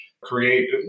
create